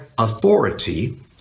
authority